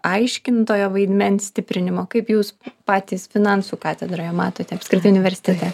aiškintojo vaidmens stiprinimo kaip jūs patys finansų katedroje matote apskritai universitete